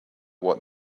what